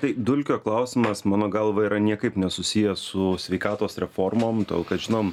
tai dulkio klausimas mano galva yra niekaip nesusijęs su sveikatos reformom todėl kad žinom